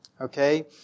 okay